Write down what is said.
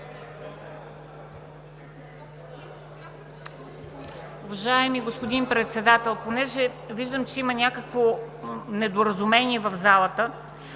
Уважаеми господин Председател, понеже виждам, че има някакво недоразумение в залата